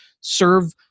serve